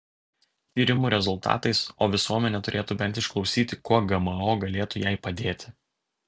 tyrimų rezultatais o visuomenė turėtų bent išklausyti kuo gmo galėtų jai padėti